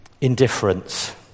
Indifference